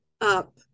up